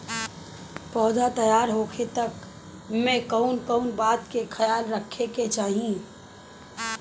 पौधा तैयार होखे तक मे कउन कउन बात के ख्याल रखे के चाही?